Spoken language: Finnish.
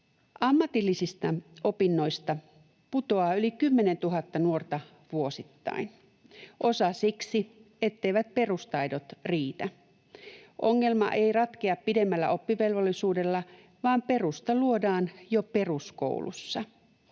Ammatillisista opinnoista putoaa yli 10 000 nuorta vuosittain — osa siksi, etteivät perustaidot riitä. Ongelma ei ratkea pidemmällä oppivelvollisuudella, vaan perusta luodaan jo peruskoulussa.